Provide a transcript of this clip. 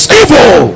evil